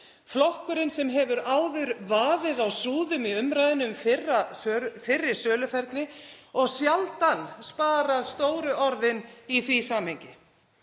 Flokkurinn hefur áður vaðið á súðum í umræðunni um fyrri söluferli og sjaldan sparað stóru orðin í því samhengi.